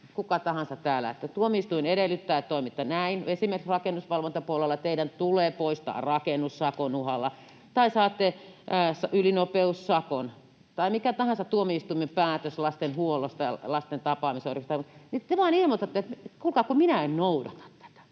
kuka tahansa täällä, että tuomioistuin edellyttää, että toimitte näin, esimerkiksi rakennusvalvontapuolella teidän tulee poistaa rakennus sakon uhalla tai saatte ylinopeussakon tai on mikä tahansa tuomioistuimen päätös lasten huollosta ja lasten tapaamisoikeudesta, niin te vain ilmoitatte, että kuulkaa, kun minä en noudata tätä,